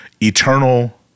eternal